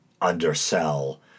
undersell